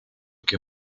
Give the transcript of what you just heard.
que